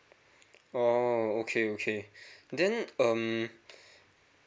oh okay okay then um